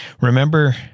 Remember